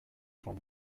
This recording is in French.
avant